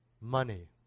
money